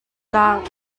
tlang